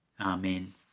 Amen